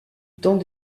dans